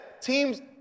teams –